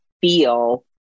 feel